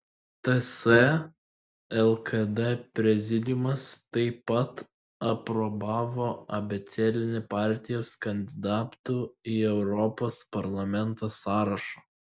ts lkd prezidiumas taip pat aprobavo abėcėlinį partijos kandidatų į europos parlamentą sąrašą